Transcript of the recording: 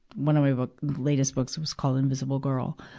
one of my book, latest books was called invisible girl.